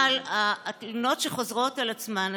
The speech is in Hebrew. אבל התלונות חוזרות על עצמן,